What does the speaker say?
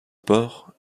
part